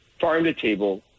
farm-to-table